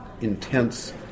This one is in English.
intense